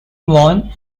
worn